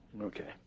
Okay